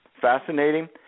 fascinating